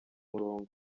murongo